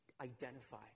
identify